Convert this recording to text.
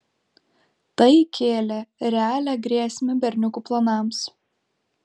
tai kėlė realią grėsmę berniukų planams